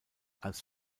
als